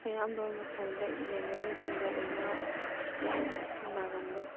ꯑꯌꯥꯝꯕ ꯃꯇꯝꯗ ꯌꯦꯟ ꯉꯥꯅꯨꯁꯤꯡꯗ ꯂꯩꯅꯥ ꯌꯥꯝꯅ ꯅꯥꯒꯟꯕ